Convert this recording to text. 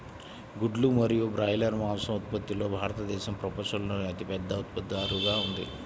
గుడ్లు మరియు బ్రాయిలర్ మాంసం ఉత్పత్తిలో భారతదేశం ప్రపంచంలోనే అతిపెద్ద ఉత్పత్తిదారుగా ఉంది